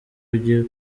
ujye